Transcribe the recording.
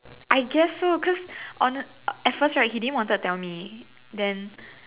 I guess so cause honest at first right he didn't wanted to tell me then